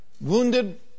Wounded